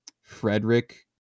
frederick